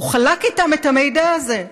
הוא חלק איתם את המידע הזה,